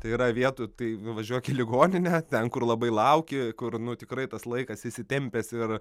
tai yra vietų tai važiuok į ligoninę ten kur labai lauki kur nu tikrai tas laikas įsitempęs ir